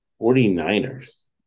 49ers